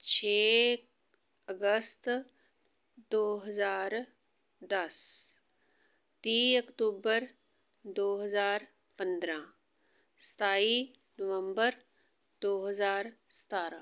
ਛੇ ਅਗਸਤ ਦੋ ਹਜ਼ਾਰ ਦਸ ਤੀਹ ਅਕਤੂਬਰ ਦੋ ਹਜ਼ਾਰ ਪੰਦਰਾਂ ਸਤਾਈ ਨਵੰਬਰ ਦੋ ਹਜ਼ਾਰ ਸਤਾਰਾਂ